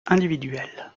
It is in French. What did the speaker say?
individuelles